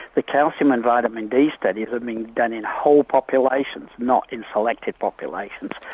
the calcium and vitamin d studies have been done in whole populations, not in selected populations.